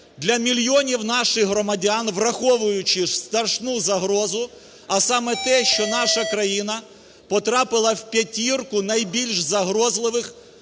для мільйонів наших громадян, враховуючи страшну загрозу, а саме те, що наша країна потрапила в п'ятірку найбільш загрозливих